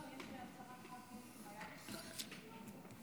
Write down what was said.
אני מזמין את חבר הכנסת דוד אזולאי,